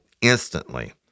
instantly